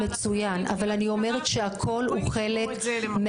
מצוין, אבל אני אומרת שהכול הוא חלק.